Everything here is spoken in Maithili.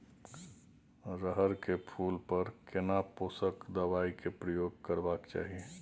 रहर के फूल पर केना पोषक दबाय के प्रयोग करबाक चाही?